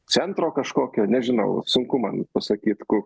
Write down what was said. centro kažkokio nežinau sunku man pasakyt kur